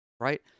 right